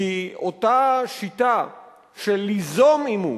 כי אותה שיטה של ליזום עימות,